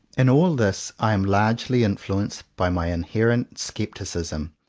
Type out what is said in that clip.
in all this i am largely influenced by my inherent scepticism,